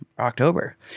October